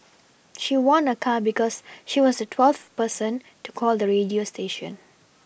she won a car because she was twelfth person to call the radio station